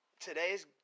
Today's